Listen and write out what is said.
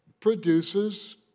produces